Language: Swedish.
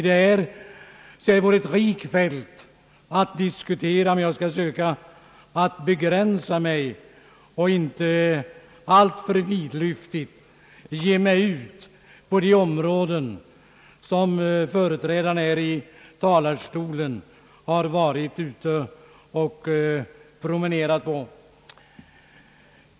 Det är alltså ett rikt fält att diskutera, men jag skall söka att begränsa mig och inte alltför vidlyftigt ge mig ut på de områden som företrädarna här i talarstolen har varit ute och promenerat på.